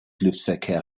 luftverkehr